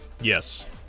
Yes